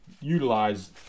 utilize